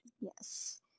Yes